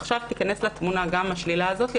עכשיו תיכנס לתמונה גם השלילה הזאת,